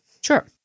Sure